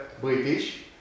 British